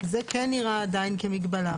זה נראה כמגבלה עדיין.